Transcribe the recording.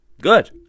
Good